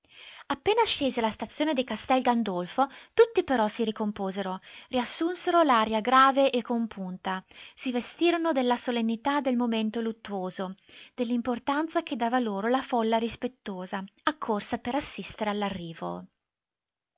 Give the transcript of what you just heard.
appena scesi alla stazione di castel gandolfo tutti però si ricomposero riassunsero l'aria grave e compunta si vestirono della solennità del momento luttuoso dell'importanza che dava loro la folla rispettosa accorsa per assistere